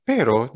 Pero